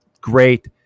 Great